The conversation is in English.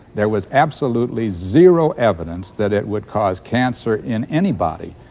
there was absolutely zero evidence that it would cause cancer in anybody,